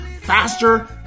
faster